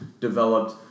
developed